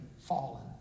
fallen